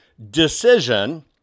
Decision